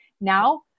Now